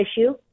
issue